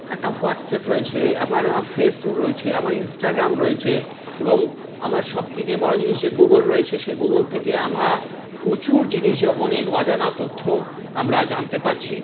একটা হোয়াটসঅ্যাপ রয়েছে আমার ফেসবুক রয়েছে আমার ইনস্টাগ্রাম রয়েছে এবং আমার সব থেকে বড়ো জিনিস যে গুগল রয়েছে সেই গুগল থেকে আমরা প্রচুর জিনিস যে অনেক অজানা তথ্য আমরা জানতে পাচ্ছি